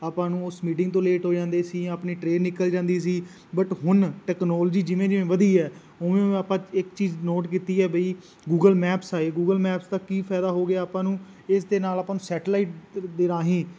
ਆਪਾਂ ਨੂੰ ਉਸ ਮੀਟਿੰਗ ਤੋਂ ਲੇਟ ਹੋ ਜਾਂਦੇ ਸੀ ਜਾਂ ਆਪਣੀ ਟ੍ਰੇਨ ਨਿਕਲ ਜਾਂਦੀ ਸੀ ਬਟ ਹੁਣ ਟੈਕਨੋਲਜੀ ਜਿਵੇਂ ਜਿਵੇਂ ਵਧੀ ਹੈ ਉਵੇਂ ਉਵੇਂ ਆਪਾਂ ਇੱਕ ਚੀਜ਼ ਨੋਟ ਕੀਤੀ ਹੈ ਬਈ ਗੂਗਲ ਮੈਪਸ ਆਏ ਗੂਗਲ ਮੈਪ ਦਾ ਕੀ ਫਾਇਦਾ ਹੋ ਗਿਆ ਆਪਾਂ ਨੂੰ ਇਸ ਦੇ ਨਾਲ ਆਪਾਂ ਨੂੰ ਸੈਟਲਾਈਟ ਦੇ ਰਾਹੀਂ